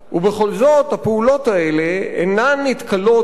הפעולות האלה אינן נתקלות בנחישות,